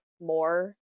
more